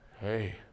Hey